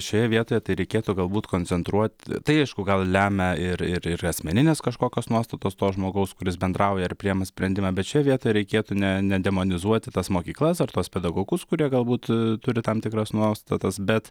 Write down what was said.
šioje vietoje reikėtų galbūt koncentruot tai aišku gal lemia ir ir asmeninės kažkokios nuostatos to žmogaus kuris bendrauja ir priima sprendimą bet šioj vietoj reikėtų ne nedemonizuoti tas mokyklas ar tuos pedagogus kurie galbūt turi tam tikras nuostatas bet